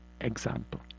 example